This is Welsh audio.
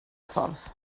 ffordd